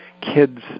kids